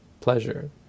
pleasure